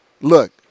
look